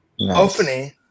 opening